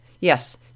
Yes